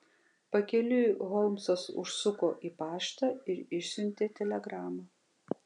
pakeliui holmsas užsuko į paštą ir išsiuntė telegramą